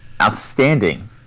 outstanding